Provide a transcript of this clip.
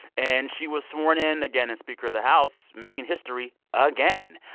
and she was sworn in again as speaker of the house, making history again.